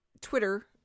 Twitter